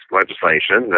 legislation